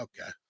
Okay